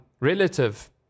relative